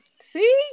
See